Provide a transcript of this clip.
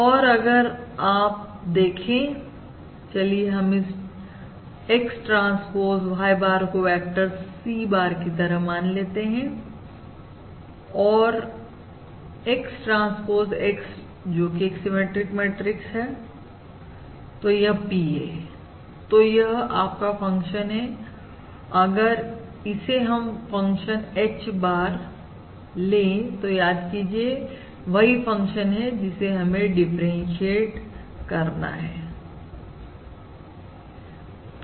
और अगर आप से देखें चलिए हम इस X ट्रांसपोज Y bar को वेक्टर C bar की तरह मान लेते हैं और X ट्रांसपोज X जो कि एक सिमिट्रिक मैट्रिक्स है तो यह P है तो यह आपका फंक्शन है अगर इसे हम फंक्शन H bar लें तो याद कीजिए वही फंक्शन है जिसे हम डिफरेशिएट करना चाहते हैं